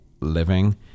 living